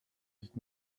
nicht